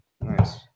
Nice